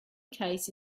case